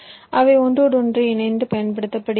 அவை ஒன்றோடொன்று இணைக்கப் பயன்படுகின்றன